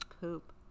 poop